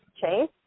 chase